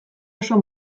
oso